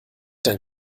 dein